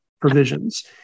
provisions